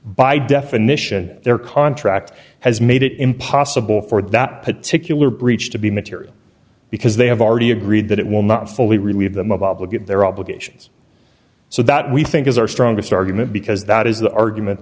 by definition their contract has made it impossible for that particular breach to be material because they have already agreed that it will not fully relieve them of obligate their obligations so that we think is our strongest argument because that is the argument